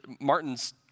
Martin's